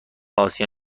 آسیا